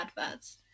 adverts